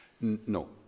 No